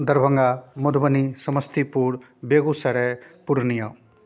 Darbhanga Madhubani Samastipur Begusarai Purnia